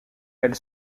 elle